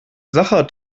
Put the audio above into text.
sacher